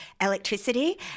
electricity